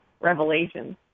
revelations